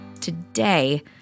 Today